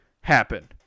happen